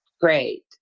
great